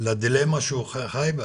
לדילמה שהוא חי בה.